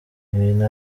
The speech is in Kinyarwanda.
ibintu